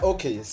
Okay